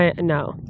no